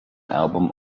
album